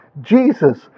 Jesus